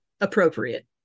appropriate